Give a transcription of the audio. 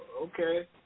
Okay